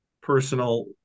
personal